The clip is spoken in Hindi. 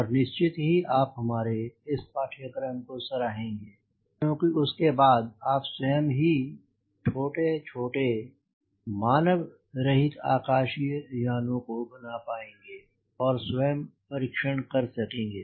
और निश्चित ही आप हमारे इस पाठ्यक्रम को सराहेंगे क्योंकि उसके बाद आप स्वयं ही छोटे छोटे मानवरहित आकाशीय यानों को बना पाएंगे और स्वयं परीक्षण कर सकेंगे